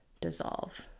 dissolve